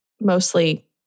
mostly